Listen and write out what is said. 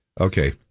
Okay